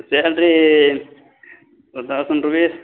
salary ஒரு thousand rupees